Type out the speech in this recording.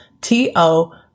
T-O